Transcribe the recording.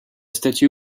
statue